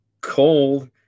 cold